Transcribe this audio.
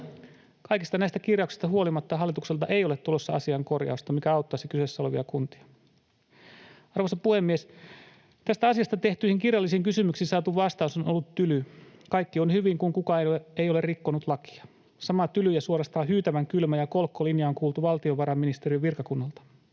Kaikista näistä kirjauksista huolimatta hallitukselta ei ole tulossa asiaan korjausta, mikä auttaisi kyseessä olevia kuntia. Arvoisa puhemies! Tästä asiasta tehtyihin kirjallisiin kysymyksiin saatu vastaus on ollut tyly: kaikki on hyvin, kun kukaan ei ole rikkonut lakia. Sama tyly ja suorastaan hyytävän kylmä ja kolkko linja on kuultu valtiovarainministeriön virkakunnalta.